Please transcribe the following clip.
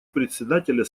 председателя